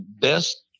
best